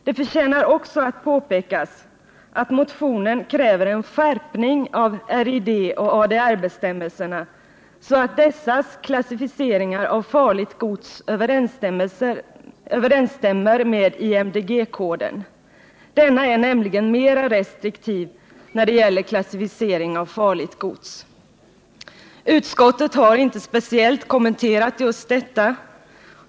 Det förtjänar också att påpekas att motionen kräver en skärpning av RID Nr 23 och ADR-bestämmelserna så att dessas klassificeringar av farligt gods Onsdagen den överensstämmer med IMDG-kodens. Denna är nämligen mer restriktiv när 7 november 1979 det gäller klassificering av farligt gods. Utskottet har inte speciellt kommenterat just detta.